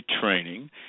training